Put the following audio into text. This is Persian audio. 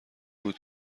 بود